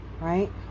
right